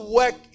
work